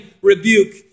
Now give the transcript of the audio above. rebuke